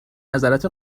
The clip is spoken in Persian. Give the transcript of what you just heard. نظرات